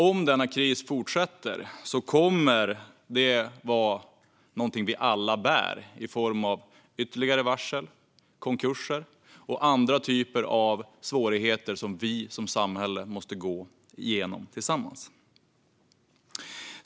Om denna kris fortsätter kommer det att vara någonting vi alla bär i form av ytterligare varsel, konkurser och andra typer av svårigheter som vi som samhälle måste gå igenom tillsammans.